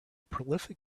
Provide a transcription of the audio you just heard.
prolific